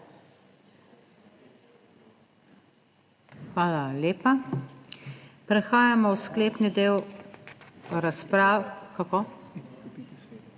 Hvala lepa. Prehajamo v sklepni del razprave v